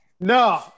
No